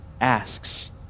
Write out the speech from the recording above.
asks